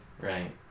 Right